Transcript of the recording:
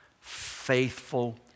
faithful